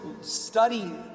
study